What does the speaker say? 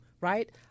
Right